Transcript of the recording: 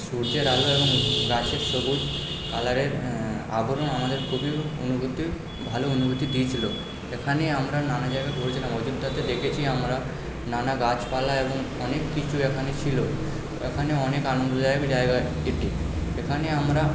সূর্যের আলো এবং গাছের সবুজ কালারের আবরণ আমাদের খুবই অনুভূতি ভালো অনুভূতি দিয়েছিলো এখানে আমরা নানা জায়গা ঘুরেছিলাম অযোধ্যাতে দেখেছি আমরা নানা গাছপালা এবং অনেক কিছু এখানে ছিলো ওখানে অনেক আনন্দদায়ক জায়গা এটি এখানে আমরা